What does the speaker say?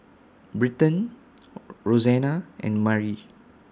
Britton Roxanna and Mari